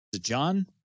John